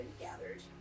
gathered